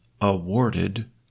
awarded